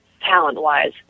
talent-wise